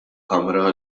kamra